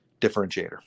differentiator